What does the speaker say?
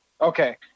Okay